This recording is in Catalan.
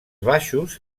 baixos